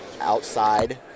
outside